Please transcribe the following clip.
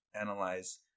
analyze